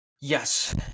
Yes